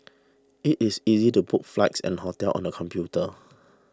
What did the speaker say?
it is easy to book flights and hotels on the computer